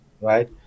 right